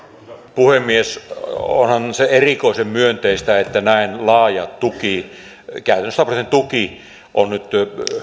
puhemies onhan se erikoisen myönteistä että näin laaja tuki käytännössä sataprosenttinen tuki on nyt